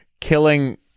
killing